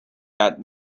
that